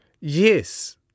Yes